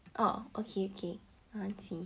oh okay okay I want see